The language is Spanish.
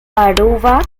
aruba